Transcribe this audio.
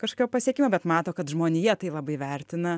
kažkokio pasiekimo bet mato kad žmonija tai labai vertina